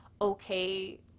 okay